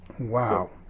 Wow